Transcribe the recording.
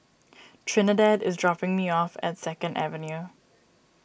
Trinidad is dropping me off at Second Avenue